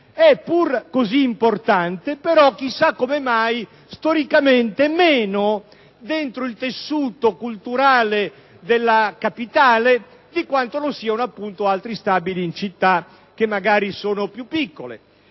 così importante, chissà come mai storicamente è meno inserito nel tessuto culturale della Capitale di quanto lo siano appunto altri stabili in città magari più piccole.